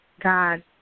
God